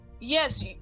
yes